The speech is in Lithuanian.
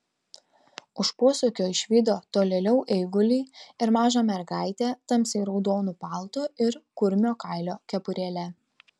už posūkio išvydo tolėliau eigulį ir mažą mergaitę tamsiai raudonu paltu ir kurmio kailio kepurėle